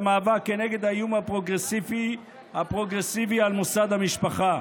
המאבק כנגד האיום הפרוגרסיבי על מוסד המשפחה.